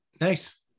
Nice